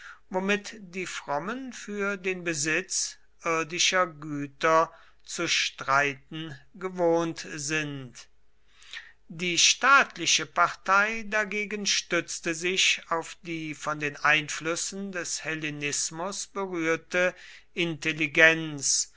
womit die frommen für den besitz irdischer güter zu streiten gewohnt sind die staatliche partei dagegen stützte sich auf die von den einflüssen des hellenismus berührte intelligenz